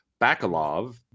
Bakalov